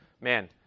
man